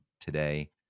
today